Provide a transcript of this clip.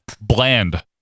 Bland